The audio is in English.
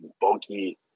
bulky